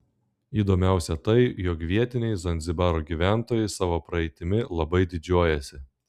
įdomiausia tai jog vietiniai zanzibaro gyventojai savo praeitimi labai didžiuojasi